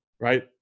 Right